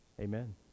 amen